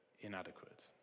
inadequate